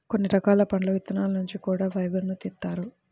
కొన్ని రకాల పండు విత్తనాల నుంచి కూడా ఫైబర్ను తీత్తారు